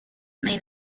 main